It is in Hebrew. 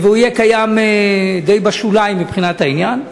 והוא יהיה קיים די בשוליים מבחינת העניין.